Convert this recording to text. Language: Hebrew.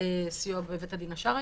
הסיוע בבית הדין השרעי.